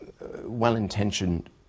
well-intentioned